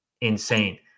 insane